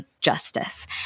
justice